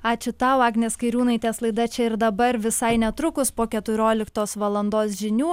ačiū tau agnės kairiūnaitės laida čia ir dabar visai netrukus po keturioliktos valandos žinių